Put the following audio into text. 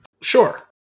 sure